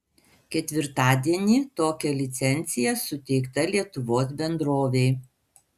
ketvirtadienį tokia licencija suteikta lietuvos bendrovei